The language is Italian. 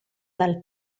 dal